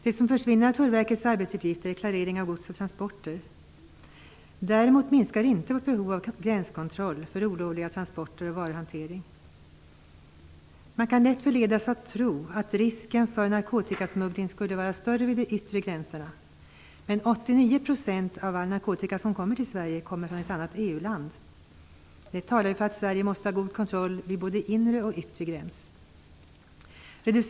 Det som försvinner av Tullverkets arbetsuppgifter är klareringen av gods och transporter. Däremot minskar inte vårt behov av gränskontroll av olovliga transporter och av varuhanteringen. Man kan lätt förledas att tro att risken för narkotikasmuggling skulle vara större vid de yttre gränserna. Men 89 % av all narkotika som kommer till Sverige kommer från ett annat EU-land. Det talar ju för att Sverige måste ha en god kontroll vid både de inre och de yttre gränserna.